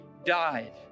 Died